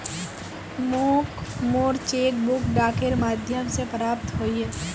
मोक मोर cheque book डाकेर माध्यम से प्राप्त होइए